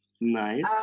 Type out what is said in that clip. Nice